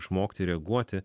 išmokti reaguoti